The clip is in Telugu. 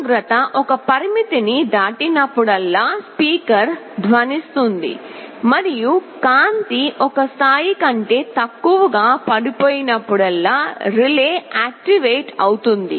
ఉష్ణోగ్రత ఒక పరిమితిని దాటినప్పుడల్లా స్పీకర్ ధ్వనిస్తుంది మరియు కాంతి ఒక స్థాయి కంటే తక్కువగా పడిపోయినప్పుడల్లా రిలే యాక్టివేటెడ్ అవుతుంది